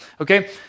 okay